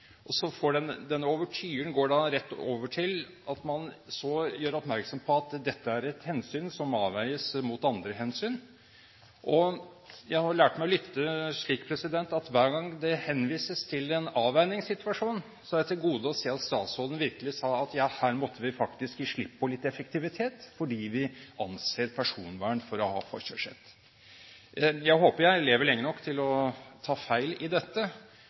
går så rett over til at man gjør oppmerksom på at dette er et hensyn som avveies mot andre hensyn. Og hver gang det henvises til en avveiningssituasjon, har jeg til gode å se at statsråden virkelig sier at her må vi faktisk gi slipp på litt effektivitet, fordi vi anser personvern for å ha forkjørsrett. Jeg håper jeg lever lenge nok til å ta feil i dette.